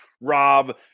rob